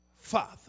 Father